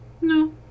No